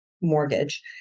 mortgage